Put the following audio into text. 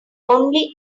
only